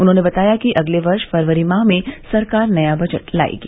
उन्होंने बताया कि अगले वर्ष फरवरी माह में सरकार नया बजट लायेगी